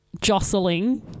jostling